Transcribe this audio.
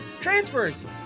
transfers